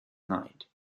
night